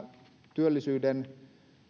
työllisyyden